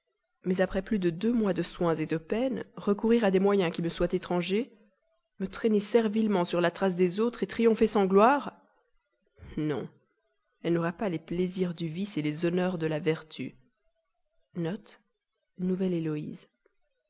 mais après plus de deux mois de soins de peines recourir à des moyens qui me soient étrangers me traîner servilement sur la trace des autres triompher sans gloire non elle n'aura pas les plaisirs du vice les honneurs de la vertu